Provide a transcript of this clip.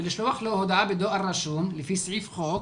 ולשלוח לו הודעה בדואר רשום לפי סעיף חוק.